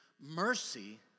Mercy